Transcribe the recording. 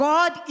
God